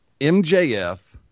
MJF